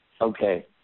Okay